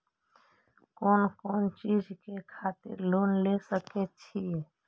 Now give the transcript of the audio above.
कोन कोन चीज के खातिर लोन ले सके छिए?